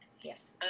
yes